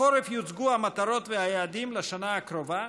בחורף יוצגו המטרות והיעדים לשנה הקרובה,